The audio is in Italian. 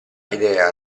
idea